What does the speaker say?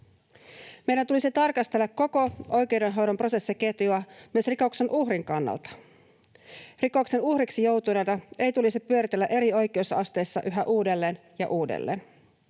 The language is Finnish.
Meidän tulisi tarkastella koko oikeudenhoidon prosessiketjua myös rikoksen uhrin kannalta. Rikoksen uhriksi joutuneita ei tulisi pyöritellä eri oikeusasteissa yhä uudelleen ja uudelleen.